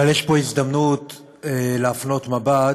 אבל יש פה הזדמנות להפנות מבט,